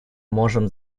можем